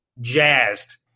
jazzed